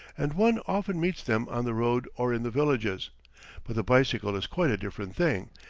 and one often meets them on the road or in the villages but the bicycle is quite a different thing,